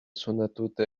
suunatud